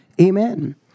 Amen